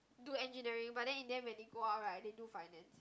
do engineering but then in the end when they go out right they do finance